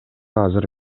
азыр